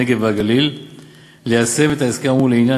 הנגב והגליל ליישם את ההסכם האמור לעניין